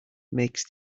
makes